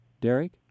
Derek